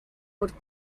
would